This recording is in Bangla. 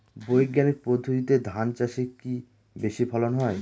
বৈজ্ঞানিক পদ্ধতিতে ধান চাষে কি বেশী ফলন হয়?